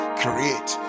create